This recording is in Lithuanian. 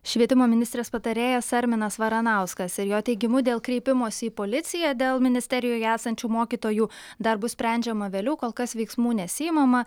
švietimo ministrės patarėjas arminas varanauskas ir jo teigimu dėl kreipimosi į policiją dėl ministerijoje esančių mokytojų dar bus sprendžiama vėliau kol kas veiksmų nesiimama